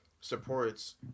supports